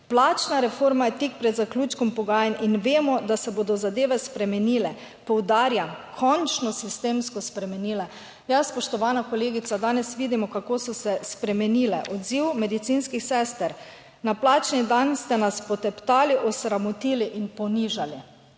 plačna reforma je tik pred zaključkom pogajanj in vemo, da se bodo zadeve spremenile, poudarjam končno sistemsko spremenile. Ja, spoštovana kolegica, danes vidimo, kako so se spremenile. Odziv medicinskih sester: na plačni dan ste nas poteptali, osramotili in ponižali.